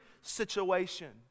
situation